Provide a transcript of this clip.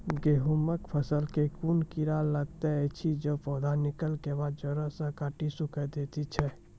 गेहूँमक फसल मे कून कीड़ा लागतै ऐछि जे पौधा निकलै केबाद जैर सऽ काटि कऽ सूखे दैति छै?